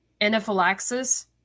anaphylaxis